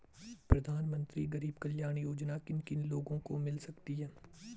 प्रधानमंत्री गरीब कल्याण योजना किन किन लोगों को मिल सकती है?